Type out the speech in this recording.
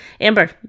amber